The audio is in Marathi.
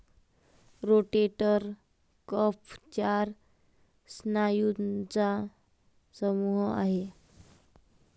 रोटेटर कफ चार स्नायूंचा समूह आहे